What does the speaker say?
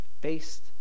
based